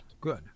Good